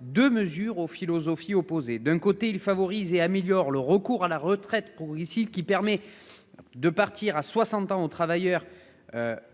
des mesures aux philosophies opposées. D'un côté, il favorise et améliore le recours à la retraite progressive, qui permet aux travailleurs de partir à 60 ans, offrant aux seniors